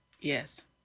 yes